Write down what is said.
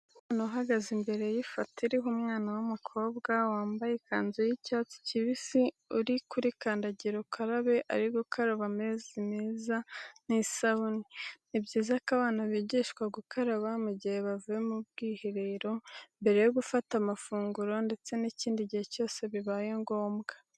Umwana uhagaze imbere y'ifoto iriho umwana w'umukobwa wamabaye ikanzu y'icyatsi kibisi uri kuri kandagirukarabe ari gukaraba n'amazi meza n'isabune . Ni byiza ko abana bigishwa gukaraba mu gihe bavuye mu bwiherero, mbere yo gufata amafunguro ndetse n'ikindi gihe cyose bibaye ngombwa.